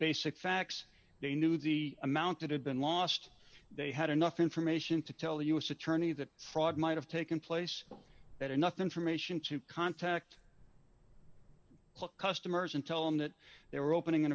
basic facts they knew the amount that had been lost they had enough information to tell the u s attorney that fraud might have taken place that enough information to contact customers and tell them that they were opening an